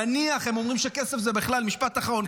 משפט אחרון,